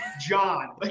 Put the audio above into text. John